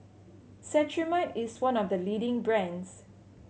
cetrimide is one of the leading brands